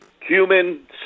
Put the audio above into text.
cumin